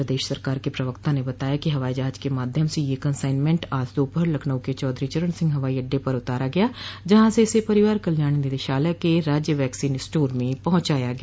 प्रदेश सरकार के प्रवक्ता ने बताया कि हवाई जहाज के माध्यम से यह कंसाइनमेंट आज दोपहर लखनऊ के चौधरी चरण सिंह हवाई अड्डे पर उतारा गया जहां स इसे परिवार कल्याण निदेशालय के राज्य वैक्सीन स्टोर में पहुंचाया गया